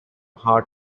hard